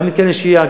גם מתקני שהייה,